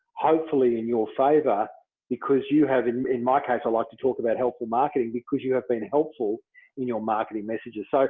hopefully in your favor because you have in in my case, i like to talk about helpful marketing, because you have been helpful in your marketing messages.